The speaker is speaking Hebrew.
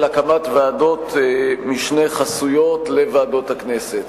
של הקמת ועדות משנה חסויות לוועדות הכנסת.